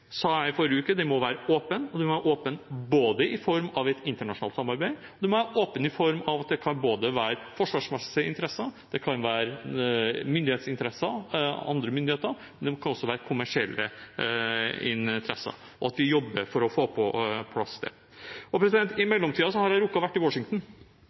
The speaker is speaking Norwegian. sa jeg i forrige uke, må være åpen. Den må være åpen i form av både et internasjonalt samarbeid, forsvarsmessige interesser, myndighetsinteresser – andre myndigheter – og kommersielle interesser. Vi må jobbe for å få det på plass. I mellomtiden har jeg rukket å være i Washington